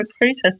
recruiter